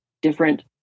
different